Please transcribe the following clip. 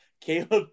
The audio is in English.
Caleb